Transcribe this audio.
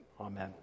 Amen